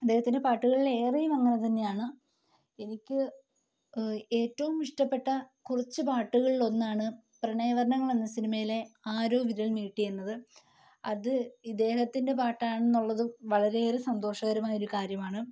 അദ്ദേഹത്തിൻ്റെ പാട്ടുകളിലേറെയും അങ്ങനെ തന്നെയാണ് എനിക്ക് ഏറ്റവും ഇഷ്ടപ്പെട്ട കുറച്ച് പാട്ടുകളിലൊന്നാണ് പ്രണയവർണങ്ങൾ എന്ന സിനിമയിലെ ആരോ വിരൽ മീട്ടി എന്നത് അത് ഇദ്ദേഹത്തിൻ്റെ പാട്ടാണെന്നുള്ളത് വളരെയേറെ സന്തോഷകരമായ ഒര് കാര്യമാണ്